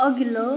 अघिल्लो